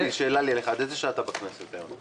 גפני, עד איזו שעה אתה בכנסת היום?